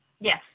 Yes